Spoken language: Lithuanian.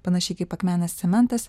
panašiai kaip akmenės cementas